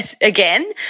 again